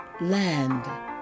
land